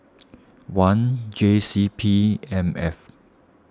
one J C P M F